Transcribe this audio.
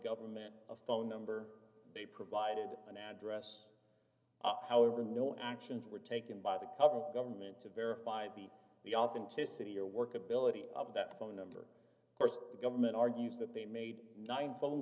government a phone number they provided an address up however no actions were taken by the couple government to verify the the authenticity or workability of that phone number of course the government argues that they made nine phone